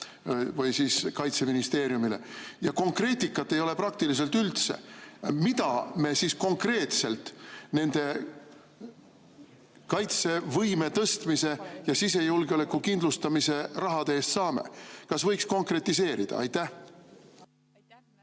või Kaitseministeeriumile, ja konkreetikat ei ole praktiliselt üldse. Mida me siis konkreetselt selle kaitsevõime tõstmise ja sisejulgeoleku kindlustamise raha eest saame? Kas võiks konkretiseerida? Aitäh,